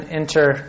enter